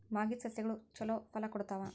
ಮಾಗಿದ್ ಸಸ್ಯಗಳು ಛಲೋ ಫಲ ಕೊಡ್ತಾವಾ?